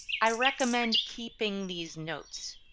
i recommend keeping these notes.